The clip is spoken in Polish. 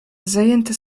zajęte